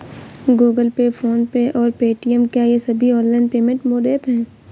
Google Pay PhonePe और Paytm क्या ये सभी ऑनलाइन पेमेंट मोड ऐप हैं?